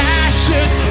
ashes